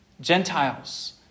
Gentiles